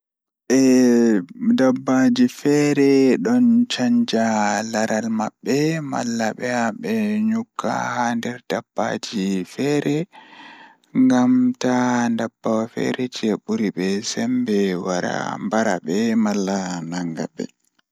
e, dabbaajii feere ɗaan chanjaa laraal maɓɓee mala ɓeeyaa ɓe nyukka haa nder dabbaajii feeree, ngaamtaa dabbaajiii feere je ɓuri ɓe senmbe wara bara ɓe malla nangga ɓe.